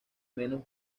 menos